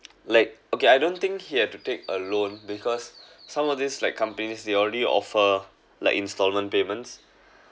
like okay I don't think he had to take a loan because some of these like companies they already offer like instalment payments